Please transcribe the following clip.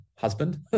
husband